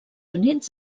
units